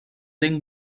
del